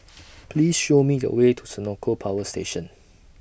Please Show Me The Way to Senoko Power Station